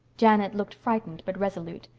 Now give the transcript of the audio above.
janet looked frightened but resolute.